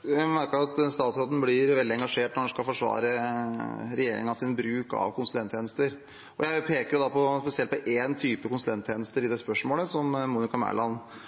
Jeg merker at statsråden blir veldig engasjert når han skal forsvare regjeringens bruk av konsulenttjenester. Jeg pekte spesielt på én type konsulenttjenester i det spørsmålet som statsråd Monica Mæland